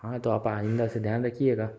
हाँ तो आप आइंदा से ध्यान रखिएगा